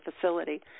facility